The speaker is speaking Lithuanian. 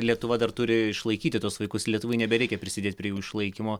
lietuva dar turi išlaikyti tuos vaikus lietuvai nebereikia prisidėt prie jų išlaikymo